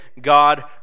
God